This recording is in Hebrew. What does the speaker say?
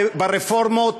בוועדת הרפורמות,